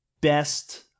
best